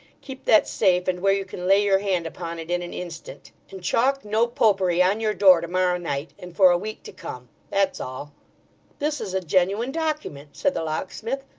keep that safe, and where you can lay your hand upon it in an instant. and chalk no popery on your door to-morrow night, and for a week to come that's all this is a genuine document said the locksmith,